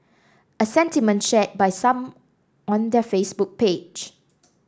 a sentiment shared by some on their Facebook page